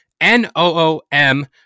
N-O-O-M